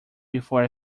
before